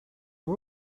are